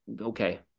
okay